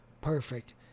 perfect